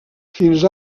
fins